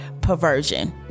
Perversion